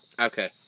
Okay